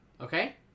okay